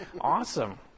Awesome